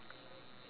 I